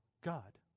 God